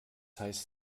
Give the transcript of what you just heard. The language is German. heißt